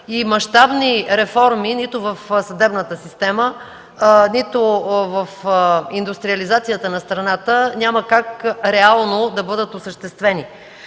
и мащабни реформи нито в съдебната система, нито в индустриализацията на страната няма как реално да бъдат осъществени.